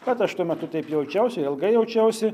bet aš tuo metu taip jaučiausi ir ilgai jaučiausi